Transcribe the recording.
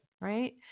right